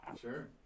Sure